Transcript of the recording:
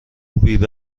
بیوه